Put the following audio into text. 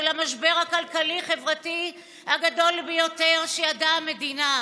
המשבר הכלכלי-חברתי הגדול ביותר שידעה המדינה,